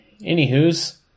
Anywho's